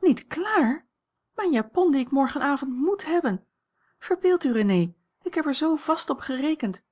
niet klaar mijn japon die ik morgenavond moet hebben verbeeld u renée ik heb er zoo vast op gerekend